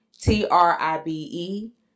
T-R-I-B-E